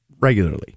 regularly